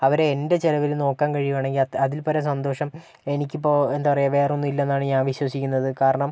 അവരെ എന്റെ ചിലവില് നോക്കാന് കഴിയുകയാണെങ്കിൽ അതില് പരം സന്തോഷം എനിക്കിപ്പോൾ എന്താ പറയുക വേറൊന്നുമില്ലെന്നാണ് ഞാന് വിശ്വസിക്കുന്നത് കാരണം